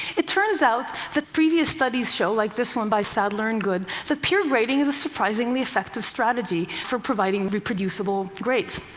it turns out that previous studies show, like this one by saddler and good, that peer grading is a surprisingly effective strategy for providing reproducible grades.